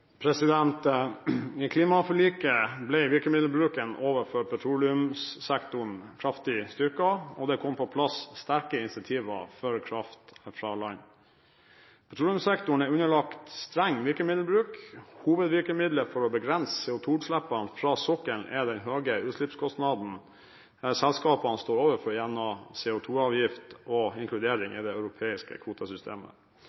I klimaforliket ble virkemiddelbruken overfor petroleumssektoren kraftig styrket, og det kom på plass sterke insentiver for kraft fra land. Petroleumssektoren er underlagt streng virkemiddelbruk. Hovedvirkemiddelet for å begrense CO2-utslippene fra sokkelen er den høye utslippskostnaden selskapene står overfor gjennom CO2-avgift og inkludering